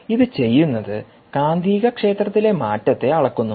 ഇത് ചെയ്യുന്നത് കാന്തികക്ഷേത്രത്തിലെ മാറ്റത്തെ അളക്കുന്നു